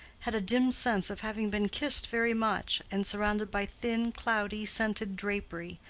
had a dim sense of having been kissed very much, and surrounded by thin, cloudy, scented drapery,